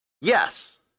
Yes